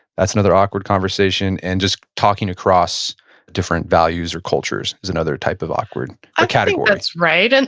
that's another awkward conversation. and just talking across different values or cultures is another type of awkward or category right. and